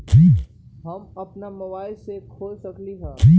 हम अपना मोबाइल से खोल सकली ह?